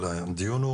הדיון,